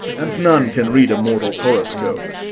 and none can read a mortal's horoscope.